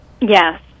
Yes